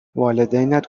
والدینت